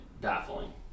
baffling